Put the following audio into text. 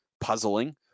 puzzling